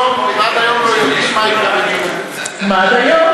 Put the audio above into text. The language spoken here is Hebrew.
עד היום לא יודעים מה, מה עד היום?